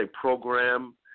program